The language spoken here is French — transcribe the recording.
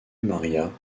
maria